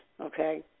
okay